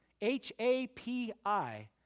H-A-P-I